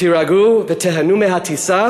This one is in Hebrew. תירגעו ותיהנו מהטיסה,